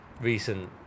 recent